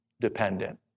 dependent